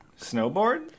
Snowboard